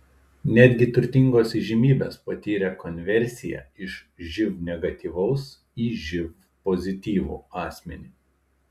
netgi turtingos įžymybės patyrė konversiją iš živ negatyvaus į živ pozityvų asmenį